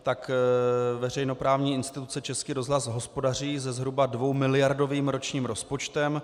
Tak veřejnoprávní instituce Český rozhlas hospodaří se zhruba dvoumiliardovým ročním rozpočtem.